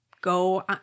go